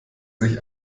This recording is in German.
sich